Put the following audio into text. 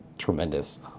tremendous